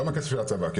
לא מהכסף של הצבא,